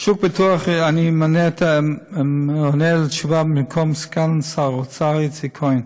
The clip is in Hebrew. אני עונה במקום סגן שר האוצר איציק כהן.